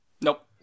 Nope